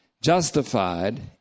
justified